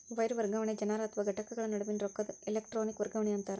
wire ವರ್ಗಾವಣೆ ಜನರ ಅಥವಾ ಘಟಕಗಳ ನಡುವಿನ್ ರೊಕ್ಕದ್ ಎಲೆಟ್ರೋನಿಕ್ ವರ್ಗಾವಣಿ ಅಂತಾರ